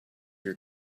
your